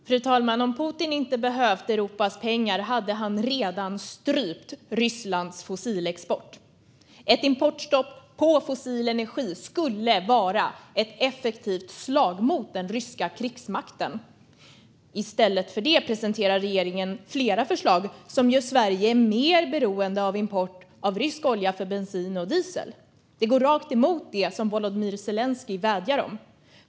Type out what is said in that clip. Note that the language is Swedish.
Fru talman! Om Putin inte hade behövt Europas pengar hade han redan strypt Rysslands fossilexport. Ett importstopp för fossil energi skulle vara ett effektivt slag mot den ryska krigsmakten. Men i stället för detta presenterar regeringen flera förslag som gör Sverige mer beroende av import av rysk olja för bensin och diesel. Det går rakt emot det som Volodymyr Zelenskyj vädjar om.